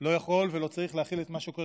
לא יכול ולא צריך להכיל את מה שקורה